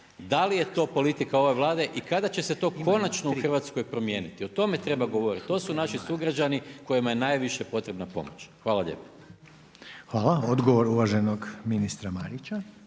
Da li je to politika ove Vlade i kada će se to konačno u Hrvatskoj promijeniti? O tome treba govoriti, to su naši sugrađani kojima je najviše potrebna pomoć. Hvala lijepa. **Reiner, Željko (HDZ)** Hvala. Odgovor uvaženog ministra Marića.